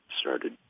started